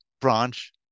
branch